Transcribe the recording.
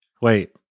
wait